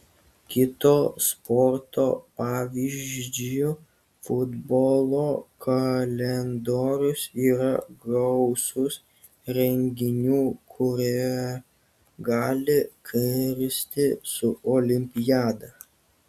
kito sporto pavyzdžiui futbolo kalendorius yra gausus renginių kurie gali kirstis su olimpiada